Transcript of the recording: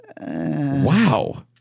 Wow